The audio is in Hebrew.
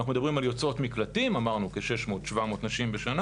אנחנו מדברים על יוצאות מקלטים כ-600 700 נשים בשנה: